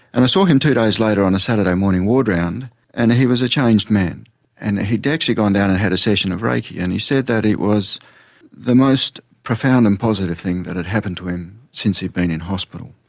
and i saw him two days later on a saturday morning ward round and he was a changed man and he'd actually gone down and had a session of reiki and he said that it was the most profound and positive thing that had happened to him since he'd been in hospital.